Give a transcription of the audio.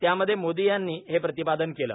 त्यामध्ये मोदी यांनी हे प्रतिपादन केलं